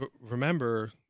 remember